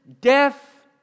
Death